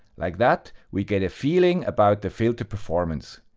like that, we get a feeling about the filter performance.